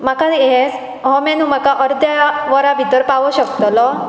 म्हाका हे हो मेनू म्हाका अर्द्या वरा भितर पावंक शकतलो